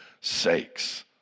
sakes